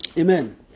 Amen